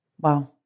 Wow